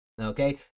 okay